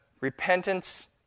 repentance